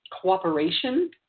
cooperation